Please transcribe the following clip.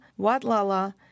Watlala